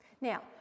Now